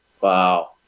Wow